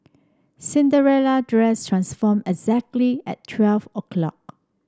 Cinderella dress transformed exactly at twelve o'clock